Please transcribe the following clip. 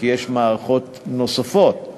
כי יש מערכות נוספות,